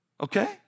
Okay